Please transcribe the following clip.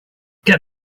get